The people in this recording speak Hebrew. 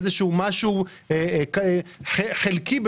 משהו חלקי,